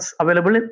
available